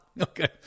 Okay